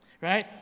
right